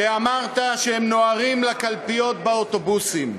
כשאמרת שהם נוהרים לקלפיות באוטובוסים,